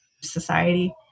society